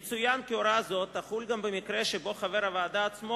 יצוין כי הוראה זו תחול גם במקרה שחבר הוועדה עצמו